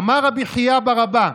אמר רבי חייא בר-אבא: